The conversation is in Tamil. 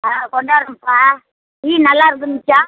ஆ கொண்டார்றம்ப்பா டீ நல்லாயிருந்திருந்துச்சா